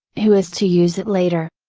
who is to use it later.